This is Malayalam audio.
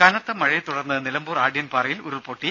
ദ്ദേ കനത്ത മഴയെ തുടർന്ന് നിലമ്പൂർ ആഢ്യൻപാറയിൽ ഉരുൾപൊട്ടി